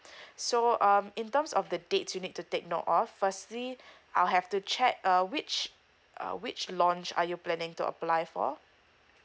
so um in terms of the dates you need to take note of firstly I'll have to check uh which uh which launch are you planning to apply for